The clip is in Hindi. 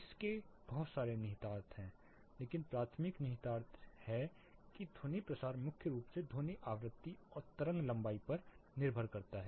इसके बहुत सारे निहितार्थ हैं लेकिन प्राथमिक निहितार्थ है कि ध्वनि प्रसार मुख्य रूप से ध्वनि आवृत्ति और तरंग लंबाई पर निर्भर करता है